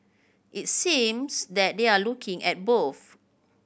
it seems that they're looking at both